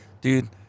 Dude